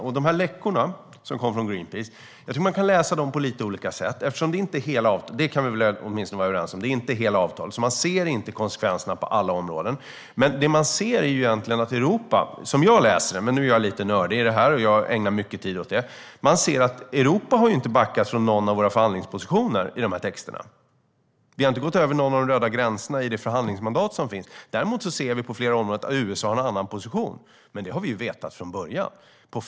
När det gäller de läckor som kom från Greenpeace tror jag att man kan läsa dem på lite olika sätt. Vi kan väl åtminstone vara överens om att det inte är hela avtal. Det gör att man inte ser konsekvenserna på alla områden, men det man ser - som jag läser det, men jag är lite nördig och ägnar mycket tid åt detta - är att vi i Europa inte har backat från någon av våra förhandlingspositioner i dessa texter. Vi har inte gått över någon av de röda gränserna i det förhandlingsmandat som finns. Däremot ser vi att USA har en annan position på flera områden, men det har vi ju vetat från början.